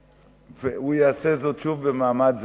והוא יעשה זאת שוב במעמד זה,